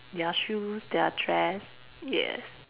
their shoes their dress yes